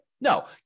No